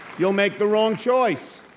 you'll make the wrong choice,